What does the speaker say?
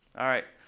all right,